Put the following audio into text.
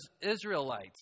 Israelites